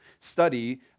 study